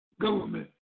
government